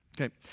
Okay